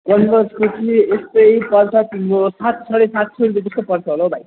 कनभर्सको चाहिँ यस्तै पर्छ तिम्रो सात साढे सात सय रुपियाँ पर्छ होला हौ भाइ